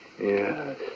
Yes